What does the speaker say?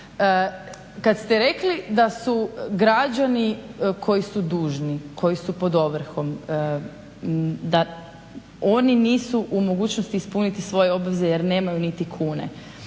Kad ste rekli da su građani koji su dužni, koji su pod ovrhom da oni nisu u mogućnosti ispuniti svoje obveze jer nemaju niti kune.